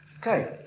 okay